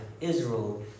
Israel